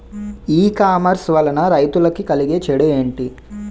ఈ కామర్స్ వలన రైతులకి కలిగే చెడు ఎంటి?